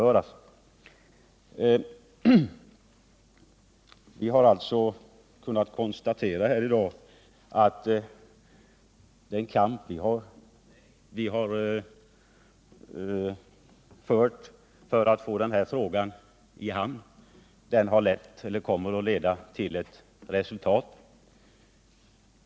Vi har i dag alltså kunnat konstatera att den kamp vi fört för att få denna fråga i hamn kommer att leda till resultat.